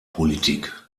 politik